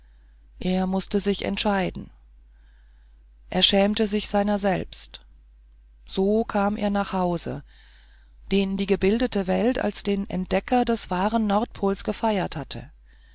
er mußte sich entscheiden er schämte sich seiner selbst so kam er nach hause den die gebildete welt als den entdecker des wahren nordpols gefeiert hatte